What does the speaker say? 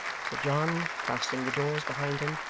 sir john, fastening the doors behind him,